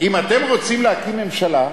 אם אתם רוצים להקים ממשלה,